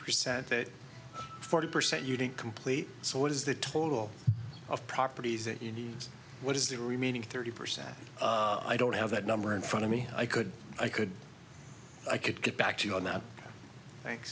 percent that forty percent you didn't complete so what is the total of properties that you need what is the remaining thirty percent i don't have that number in front of me i could i could i could get back to you on that